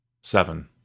Seven